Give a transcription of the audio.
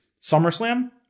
SummerSlam